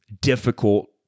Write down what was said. difficult